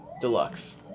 Deluxe